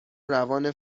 روان